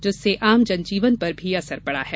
जिससे आम जनजीवन पर भी असर पड़ा है